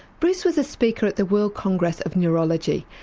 bruce was a speaker at the world congress of neurology,